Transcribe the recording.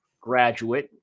graduate